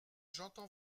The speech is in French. j’entends